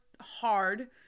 hard